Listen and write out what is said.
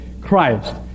Christ